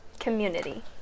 community